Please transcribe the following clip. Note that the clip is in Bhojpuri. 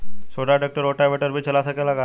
छोटा ट्रेक्टर रोटावेटर भी चला सकेला?